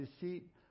deceit